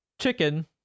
chicken